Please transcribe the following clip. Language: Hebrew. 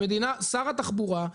שר התחבורה,